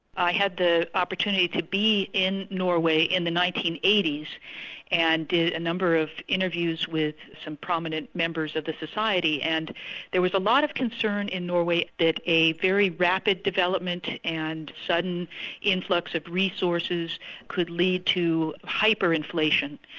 i had the opportunity to be in norway in the nineteen eighty s and did a number of interviews with some prominent members of the society, and there was a lot of concern in norway that a very rapid development and sudden influx of resources could lead to hyper-inflation,